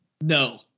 No